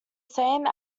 same